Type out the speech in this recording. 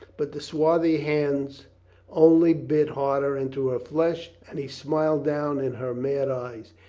but the swarthy hands only bit harder into her flesh and he smiled down in her mad eyes.